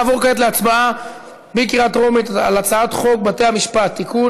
נעבור כעת להצבעה בקריאה טרומית על הצעת חוק בתי-המשפט (תיקון,